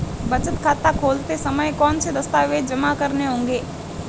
बचत खाता खोलते समय कौनसे दस्तावेज़ जमा करने होंगे?